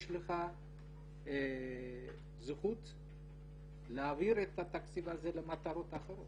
לך זכות להעביר את התקציב הזה למטרות אחרות.